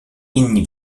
inni